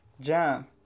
jam